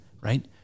right